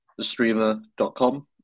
TheStreamer.com